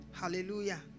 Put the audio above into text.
Hallelujah